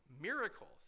miracles